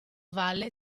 valle